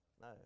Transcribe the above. No